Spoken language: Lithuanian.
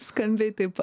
skambiai taip